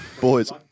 boys